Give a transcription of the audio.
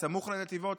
סמוך לנתיבות,